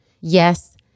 Yes